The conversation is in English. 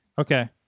Okay